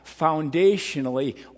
foundationally